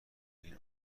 این